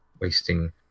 wasting